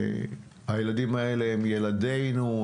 הילדים האלה הם ילדנו,